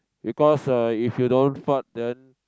because uh if you don't fart then